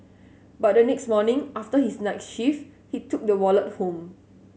but the next morning after his night shift he took the wallet home